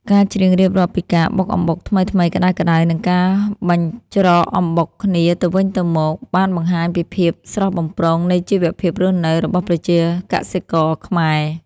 ការច្រៀងរៀបរាប់ពីការបុកអំបុកថ្មីៗក្តៅៗ និងការបញ្ច្រកអំបុកគ្នាទៅវិញទៅមក បានបង្ហាញពីភាពស្រស់បំព្រងនៃជីវភាពរស់នៅរបស់ប្រជាកសិករខ្មែរ